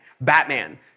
Batman